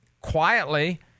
quietly